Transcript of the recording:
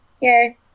yay